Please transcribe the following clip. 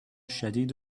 شدید